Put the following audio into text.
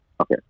Okay